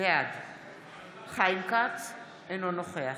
בעד חיים כץ, אינו נוכח